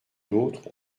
d’autres